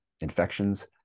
infections